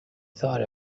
thought